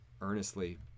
earnestly